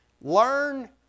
Learn